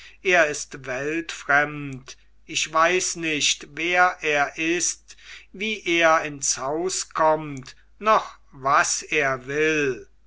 er ist weltfremd ich weiß nicht wer er ist wie er ins haus kommt noch was er will